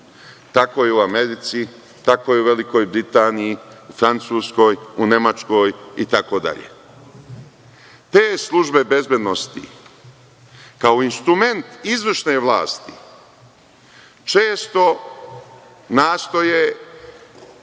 Tako je u Americi, tako je u Velikoj Britaniji, u Francuskoj, u Nemačkoj, itd. Te službe bezbednosti kao instrument izvršne vlasti često nastoje